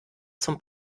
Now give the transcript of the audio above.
zum